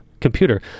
computer